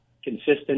consistent